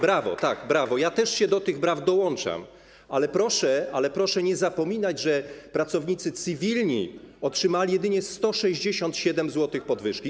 Brawo, tak, brawo, ja też się do tych braw dołączam, ale proszę nie zapominać, że pracownicy cywilni otrzymali jedynie 167 zł podwyżki.